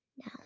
No